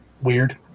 weird